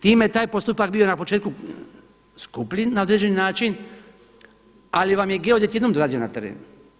Time je taj postupak bio na početku skuplji na određeni način, ali vam je geodet jednom dolazio na teren.